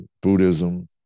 Buddhism